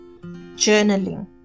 Journaling